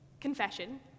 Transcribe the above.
Confession